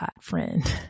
friend